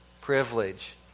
privilege